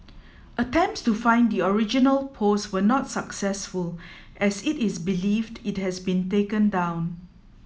attempts to find the original post were not successful as it is believed it has been taken down